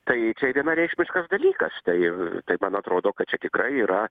tai čia vienareikšmiškas dalykas tai tai man atrodo kad čia tikrai yra